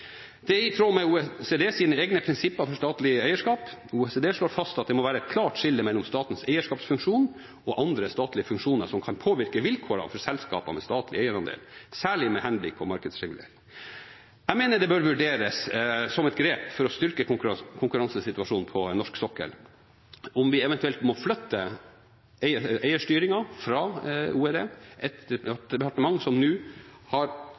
er i tråd med OECDs egne prinsipper for statlig eierskap. OECD slår fast at det må være et klart skille mellom statens eierskapsfunksjon og andre statlige funksjoner som kan påvirke vilkårene for selskaper med statlig eierandel, særlig med henblikk på markedsregulering. Jeg mener det bør vurderes som et grep for å styrke konkurransesituasjonen på norsk sokkel om vi eventuelt må flytte eierstyringen fra Olje- og energidepartementet, et departement som nå har